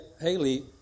Haley